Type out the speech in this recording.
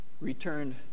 returned